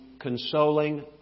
consoling